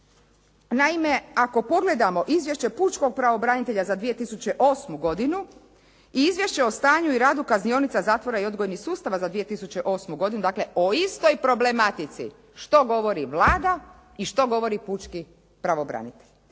Naime, ako pogledamo izvješće Pučkog pravobranitelja za 2008. godinu i izvješće o stanju i radu kaznionica, zatvora i odgojnih sustava za 2008. godinu, dakle o istoj problematici, što govori Vlada i što govori Pučki pravobranitelj.